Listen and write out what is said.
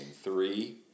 three